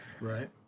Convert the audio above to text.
Right